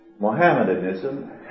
Mohammedanism